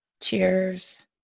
cheers